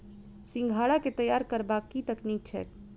सिंघाड़ा केँ तैयार करबाक की तकनीक छैक?